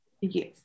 yes